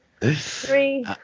Three